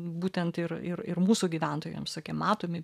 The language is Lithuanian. būtent ir ir ir mūsų gyventojams visokie matomi